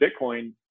Bitcoin